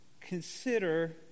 consider